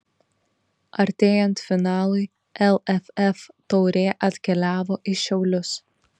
artėjant finalui lff taurė atkeliavo į šiaulius